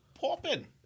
popping